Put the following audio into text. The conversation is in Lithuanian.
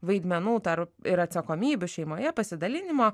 vaidmenų dar ir atsakomybių šeimoje pasidalinimo